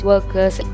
Workers